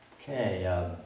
okay